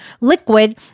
liquid